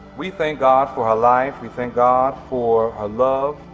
we thank god for her life. we thank god for her love.